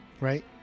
right